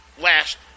last